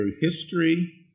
history